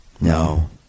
No